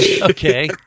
Okay